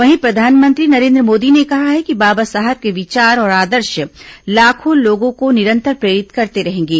वहीं प्रधानमंत्री नरेन्द्र मोदी ने कहा है कि बाबा साहब के विचार और आदर्श लाखों लोगों को निरंतर प्रेरित करते रहेंगे